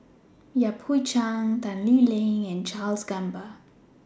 Yan Hui Chang Tan Lee Leng and Charles Gamba